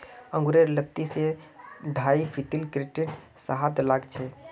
अंगूरेर लत्ती दो स ढाई फीटत कंक्रीटेर सहारात लगाछेक